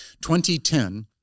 2010